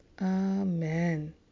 Amen